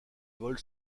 vole